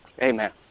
Amen